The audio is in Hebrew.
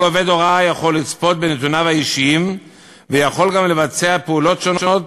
כל עובד הוראה יכול לצפות בנתוניו האישיים ויכול גם לבצע פעולות שונות